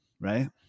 Right